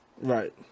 Right